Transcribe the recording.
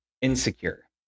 insecure